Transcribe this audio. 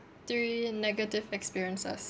three negative experiences